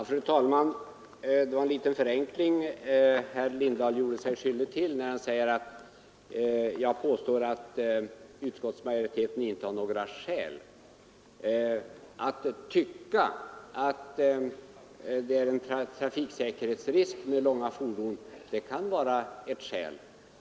Fru talman! Herr Lindahl gjorde sig skyldig till en liten förenkling när han sade att jag påstått att utskottsmajoriteten inte har några skäl för sitt ställningstagande. Att ”tycka” att långa fordon är en trafiksäkerhetsrisk kan vara ett skäl.